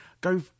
Go